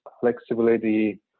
flexibility